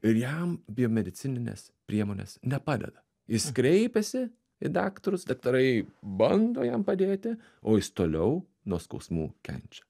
ir jam biomedicininės priemonės nepadeda jis kreipiasi į daktarus daktarai bando jam padėti o jis toliau nuo skausmų kenčia